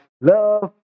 love